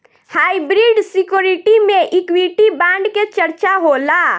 hybrid security में equity bond के चर्चा होला